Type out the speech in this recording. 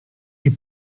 est